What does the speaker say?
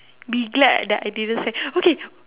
be glad that I didn't sing okay